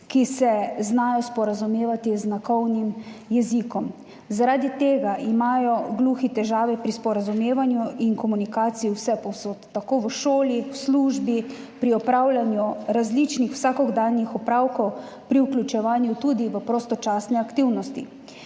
ki se znajo sporazumevati z znakovnim jezikom. Zaradi tega imajo gluhi težave pri sporazumevanju in komunikaciji vsepovsod, tako v šoli, v službi, pri opravljanju različnih vsakdanjih opravkov, pri vključevanju tudi v prostočasne aktivnosti.